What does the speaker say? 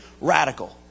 radical